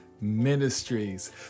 ministries